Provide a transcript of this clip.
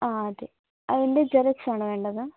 ആ അതെ അതിൻ്റെ ആണോ വേണ്ടത്